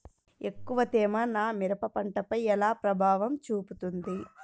ఎక్కువ తేమ నా మిరప పంటపై ఎలా ప్రభావం చూపుతుంది?